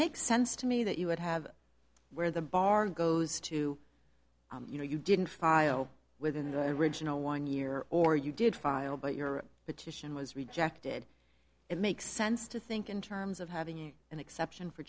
makes sense to me that you would have where the bar goes to you know you didn't file within the original one year or you did file but your situation was rejected it makes sense to think in terms of having an exception for